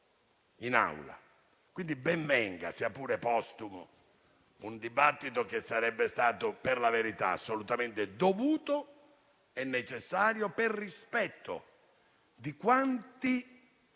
quindi, sia pure postumo, un dibattito che sarebbe stato, per la verità, assolutamente dovuto e necessario per rispetto di quanti